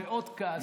מאוד כעסתי.